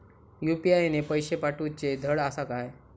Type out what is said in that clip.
UPI ने पैशे पाठवूचे धड आसा काय?